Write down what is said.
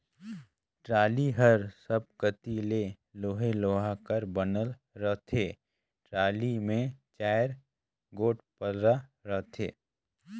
trolley हर सब कती ले लोहे लोहा कर बनल रहथे, टराली मे चाएर गोट पल्ला रहथे